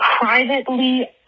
privately